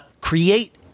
create